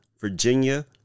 Virginia